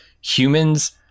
humans